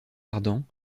ardents